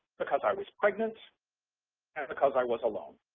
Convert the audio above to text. because i was pregnant, and because i was alone.